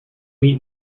eat